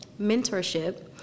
mentorship